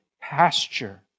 pasture